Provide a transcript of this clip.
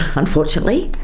unfortunately.